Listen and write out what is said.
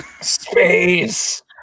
Space